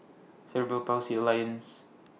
Cerebral Palsy Alliance